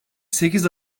sekiz